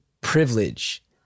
privilege